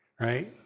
right